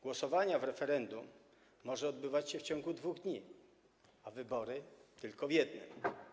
Głosowanie w referendum może odbywać się w ciągu dwóch dni, a wybory tylko w jednym.